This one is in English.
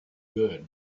good